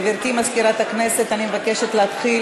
גברתי מזכירת הכנסת, אני מבקשת להתחיל